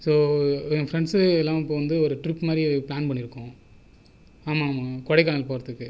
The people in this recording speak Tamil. ஸோ என் ஃப்ரெண்ட்சு எல்லா இப்போ வந்து ஒரு ட்ருப்மாதிரி ப்ளான் பண்ணி இருக்கோம் ஆமாம் ஆமாம் கொடைக்கானல் போகிறத்துக்கு